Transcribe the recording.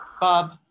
Bob